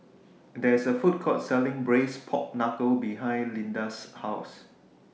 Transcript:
There IS A Food Court Selling Braised Pork Knuckle behind Lida's House